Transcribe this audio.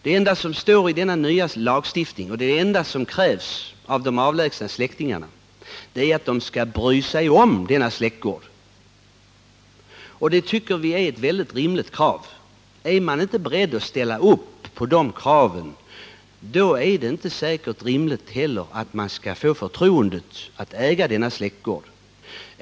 Det enda som står i den nya lagstiftningen och det enda som krävs av de avlägsna släktingarna är att de skall bry sig om denna släktgård, och det tycker vi är ett mycket rimligt krav. Är man inte beredd att ställa upp på det kravet är det inte heller rimligt att man skall få förtroendet att äga släktgården.